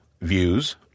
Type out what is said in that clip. views